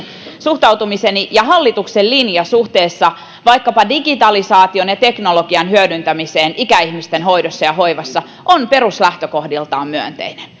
suhtautumiseni ja hallituksen linja suhteessa vaikkapa digitalisaation ja teknologian hyödyntämiseen ikäihmisten hoidossa ja hoivassa on peruslähtökohdiltaan myönteinen